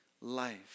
life